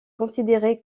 considéré